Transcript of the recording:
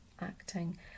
acting